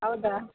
ಹೌದಾ